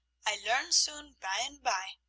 i learn soon, by un by.